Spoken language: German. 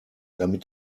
damit